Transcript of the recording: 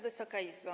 Wysoka Izbo!